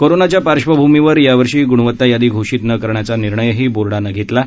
कोरोनाच्या पार्श्वभूमीवर यावर्षी गुणवता यादी घोषित न करण्याचा निर्णयही बोर्डानं घेतला आहे